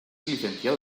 licenciado